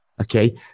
Okay